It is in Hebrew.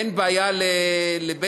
אין בעיה לבית-המשפט